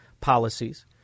policies